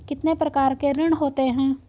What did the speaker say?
कितने प्रकार के ऋण होते हैं?